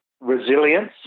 Resilience